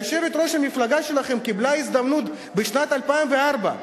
יושבת-ראש המפלגה שלכם קיבלה הזדמנות בשנת 2004,